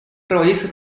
проводиться